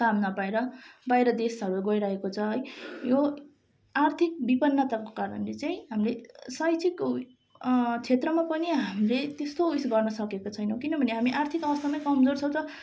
काम नभएर बाहिर देशहरू गइरहेको छ है यो आर्थिक विपन्नताको कारणले चाहिँ हामीले शैक्षिक क्षेत्रमा पनि हामीले त्यस्तो उयस गर्नुसकेको छैनौँ किनभने हामी आर्थिक अवस्थामै कमजोर छौँ त